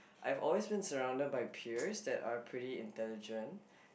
I always been surrounded by peers that are pretty intelligent